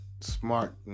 smart